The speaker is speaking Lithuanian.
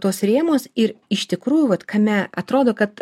tuos rėmus ir iš tikrųjų vat kame atrodo kad